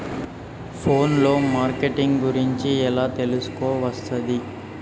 Phone లో marketing గురించి ఎలా తెలుసుకోవస్తది?